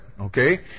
okay